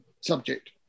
subject